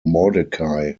mordecai